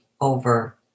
over